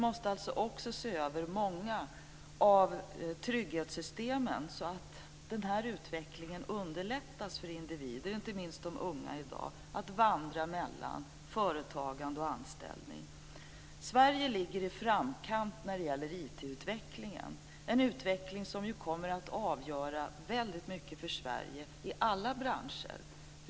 Vi måste alltså också se över många av trygghetssystemen så att denna utveckling underlättas för individerna. Inte minst de unga i dag behöver kunna vandra mellan företagande och anställning. Sverige ligger i framkant när det gäller IT utvecklingen. Det är en utveckling som kommer att avgöra väldigt mycket för Sverige i alla branscher.